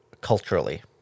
culturally